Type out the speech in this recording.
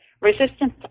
resistance